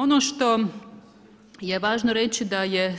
Ono što je važno reći da je